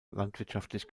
landwirtschaftlich